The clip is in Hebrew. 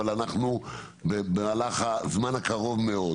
אבל אנחנו במהלך הזמן הקרוב מאוד